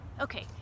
Okay